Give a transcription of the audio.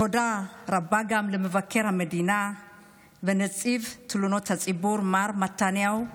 תודה רבה גם למבקר המדינה ונציב תלונות הציבור מר מתניהו אנגלמן,